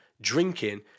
drinking